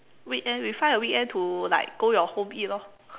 weekend we find a weekend to like go your home eat lor